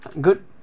good